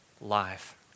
life